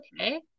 okay